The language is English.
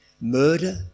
murder